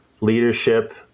leadership